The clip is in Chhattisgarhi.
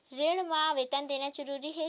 ऋण मा आवेदन देना जरूरी हे?